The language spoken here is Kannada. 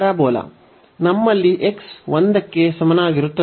ನಮ್ಮಲ್ಲಿ x ಒಂದಕ್ಕೆ ಸಮನಾಗಿರುತ್ತದೆ